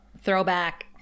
Throwback